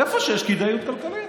איפה שיש כדאיות כלכלית,